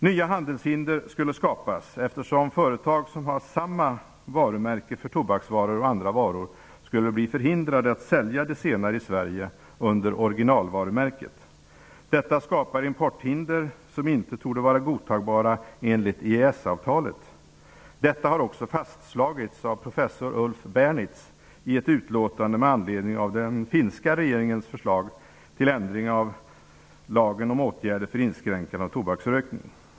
Nya handelshinder skulle skapas, eftersom företag som har samma varumärke för tobaksvaror och andra varor skulle bli förhindrade att sälja de senare i Sverige under originalvarumärket. Detta skapar importhinder, som inte torde vara godtagbara enligt EES-avtalet. Detta har också fastslagits av professor Ulf Bernitz i ett utlåtande med anledning av den finska regeringens förslag till ändring av lagen om åtgärder för inskränkande av tobaksrökning.